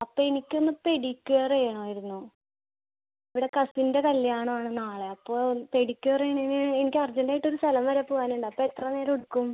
അപ്പോൾ എനിക്കൊന്ന് പെഡിക്യൂറ് ചെയ്യണമായിരുന്നു ഇവിടെ കസിൻ്റെ കല്ല്യാണമാണ് നാളെ അപ്പോൾ പെഡിക്യൂറിന് എനിക്ക് അർജൻറ്റായിട്ടൊരു സ്ഥലം വരെ പോവാനുണ്ട് അപ്പോൾ എത്ര നേരം എടുക്കും